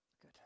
Good